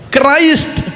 Christ